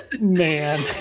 man